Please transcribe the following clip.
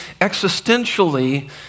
existentially